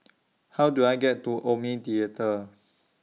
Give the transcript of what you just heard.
How Do I get to Omni Theatre